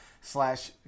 slash